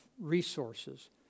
resources